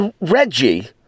Reggie